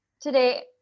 today